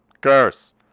curse